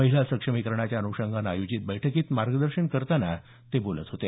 महिला सक्षमीकरणाच्या अन्षंगानं आयोजित बैठकीत मार्गदर्शन करताना ते बोलत होते